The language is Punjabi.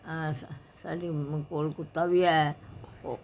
ਸ ਸਾਡੇ ਮੋ ਕੋਲ ਕੁੱਤਾ ਵੀ ਹੈ ਉਹ